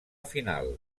final